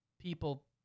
people